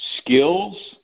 skills